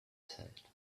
said